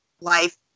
life